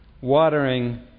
watering